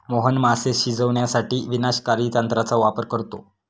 मोहन मासे शिजवण्यासाठी विनाशकारी तंत्राचा वापर करतो